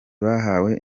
bahawe